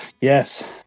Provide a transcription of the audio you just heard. Yes